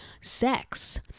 sex